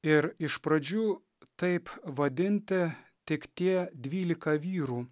ir iš pradžių taip vadinti tik tie dvylika vyrų